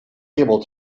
able